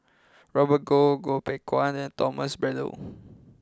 Robert Goh Goh Beng Kwan and Thomas Braddell